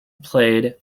played